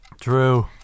True